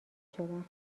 شدن